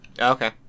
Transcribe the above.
okay